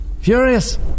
Furious